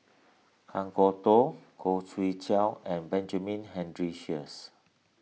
Kan Kwok Toh Khoo Swee Chiow and Benjamin Henry Sheares